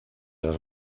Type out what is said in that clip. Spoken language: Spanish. las